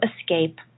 escape